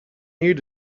need